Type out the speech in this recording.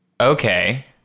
Okay